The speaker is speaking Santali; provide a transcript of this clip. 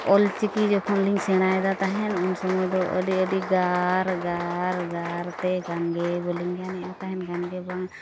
ᱚᱞᱚ ᱪᱤᱠᱤ ᱡᱚᱠᱷᱚᱱ ᱞᱤᱧ ᱥᱮᱬᱟᱭᱮᱫᱟ ᱛᱟᱦᱮᱱ ᱩᱱ ᱥᱚᱢᱚᱭ ᱫᱚ ᱟᱹᱰᱤ ᱟᱹᱰᱤ ᱜᱟᱨ ᱜᱟᱨ ᱜᱟᱨᱛᱮ ᱜᱟᱱᱜᱮ ᱵᱟᱹᱞᱤᱧ ᱜᱟᱱᱮᱫ ᱛᱟᱦᱮᱸ ᱜᱟᱱᱜᱮ ᱵᱟᱝ